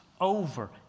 over